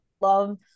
love